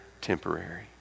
temporary